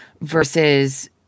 Versus